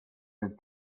his